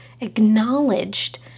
acknowledged